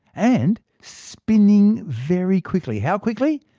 and spinning very quickly. how quickly?